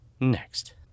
next